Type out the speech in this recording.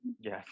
Yes